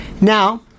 Now